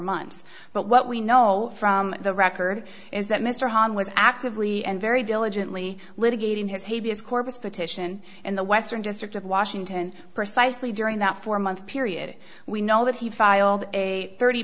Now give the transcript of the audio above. months but what we know from the record is that mr hahn was actively and very diligently litigating his havey as corpus petition in the western district of washington precisely during that four month period we know that he filed a thirty